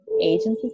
agencies